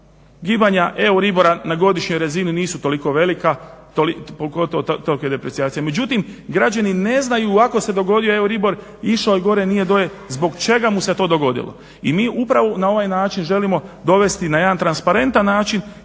gibanja euribora na godišnjoj razini nisu toliko velike … međutim građani ne znaju ovako se dogodio euribor išao je gore nije dolje. Zbog čega mu se to dogodilo? i mi upravo na ovaj način želimo dovesti na jedan transparentan način